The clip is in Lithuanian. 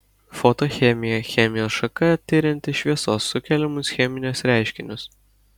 fotochemija chemijos šaka tirianti šviesos sukeliamus cheminius reiškinius